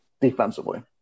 defensively